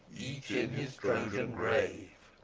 each in his trojan grave.